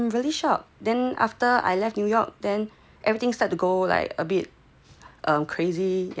ya there's a problem yes I'm really shocked then after I left New York then everything start to go like a bit crazy